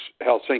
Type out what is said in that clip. Helsinki